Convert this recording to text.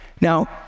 Now